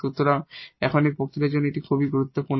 সুতরাং এখন এই বক্তৃতার জন্য এটি খুবই গুরুত্বপূর্ণ